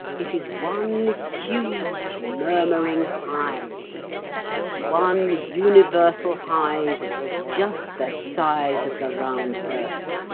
it is one huge murmuring hive one universal hive just the size of the round earth.